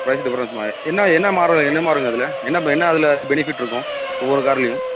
price difference மாறி என்ன என்ன மாறும் என்ன மாறும்ங்க அதில் என்ன என்ன அதில் பெனிஃபிட் இருக்கும் ஒவ்வொரு கார்லேயும்